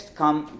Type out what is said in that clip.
come